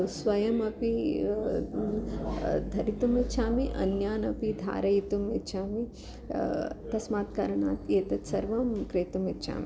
स्वयमपि धरितुम् इच्छामि अन्यान् अपि धारयितुम् इच्छामि तस्मात् कारणात् एतत् सर्वं क्रेतुम् इच्छामि